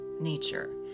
nature